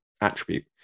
attribute